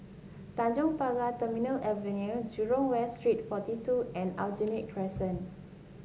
Tanjong Pagar Terminal Avenue Jurong West Street forty two and Aljunied Crescent